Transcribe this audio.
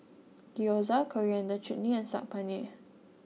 Gyoza Coriander Chutney and Saag Paneer